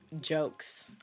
jokes